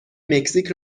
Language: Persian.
مکزیک